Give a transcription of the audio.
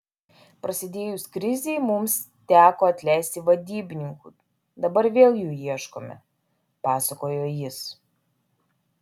prasidėjus krizei mums teko atleisti vadybininkų dabar vėl jų ieškome pasakojo jis